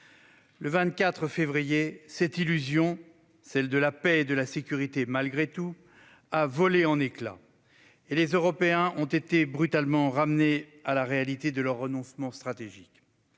Le 24 février dernier, cette illusion- celle de la paix et de la sécurité malgré tout -a volé en éclats, et les Européens ont été brutalement ramenés à la réalité de leurs renoncements stratégiques.